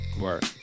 Work